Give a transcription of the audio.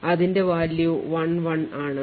അതിന്റെ value 11 ആണ്